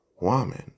Woman